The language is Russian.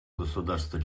государства